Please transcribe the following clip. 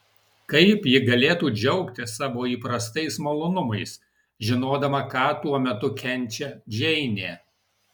kaip ji galėtų džiaugtis savo įprastais malonumais žinodama ką tuo metu kenčia džeinė